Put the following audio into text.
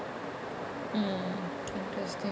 mm interesting